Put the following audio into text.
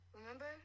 Remember